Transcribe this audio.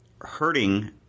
hurting